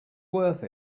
worth